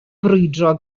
brwydro